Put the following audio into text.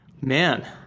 Man